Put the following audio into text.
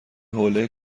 حوله